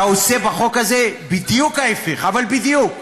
אתה עושה בחוק הזה בדיוק ההפך, אבל בדיוק.